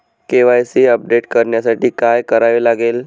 KYC update करण्यासाठी काय करावे लागेल?